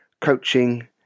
coaching